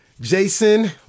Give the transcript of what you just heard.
Jason